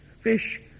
Fish